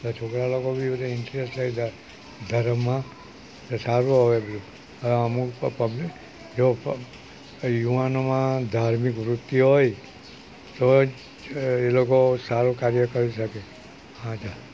એટલે છોકરા લોકો બી બધે ઇન્ટરેસ્ટ લે બધા ધર્મમાં સારું આવડે બધું અરે અમુક પબ્લિક જો યુવાનોમાં ધાર્મિક વૃત્તિ હોય તો જ એ લોકો સારું કાર્ય કરી શકે હા તે